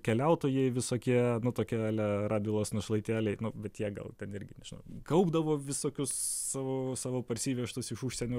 keliautojai visokie nu tokie ale radvilos našlaitėliai vat jie gal ten irgi nežinau kaupdavo visokius savo savo parsivežtus iš užsienio